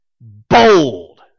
bold